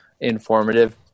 informative